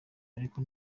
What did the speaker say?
ariko